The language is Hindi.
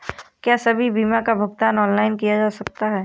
क्या सभी बीमा का भुगतान ऑनलाइन किया जा सकता है?